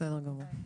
זה הסטנדרט.